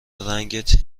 رنگت